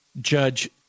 Judge